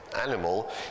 animal